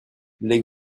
les